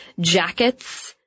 jackets